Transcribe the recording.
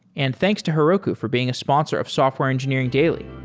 and thanks to heroku for being a sponsor of software engineering daily